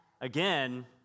again